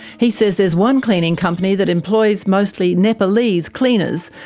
he says there's one cleaning company that employs mostly nepalese cleaners,